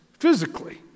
physically